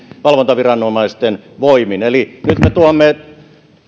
valvontaviranomaisten voimin eli nyt me tuomme